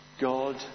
God